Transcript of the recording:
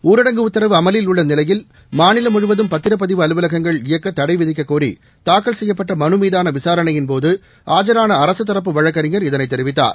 ஊரடங்கு உத்தரவு அமலில் உள்ள நிலையில் மாநிலம் முழுவதும் பத்திரப்பதிவு அலுவலகங்கள் இயங்க தடைவிதிக்ககோரி தாக்கல் செய்யப்பட்ட மனு மீதான விசாரணையின் போது ஆஜரான அரசு தரப்பு வழக்கறிஞர் இதனை தெரிவித்தார்